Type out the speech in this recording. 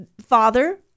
father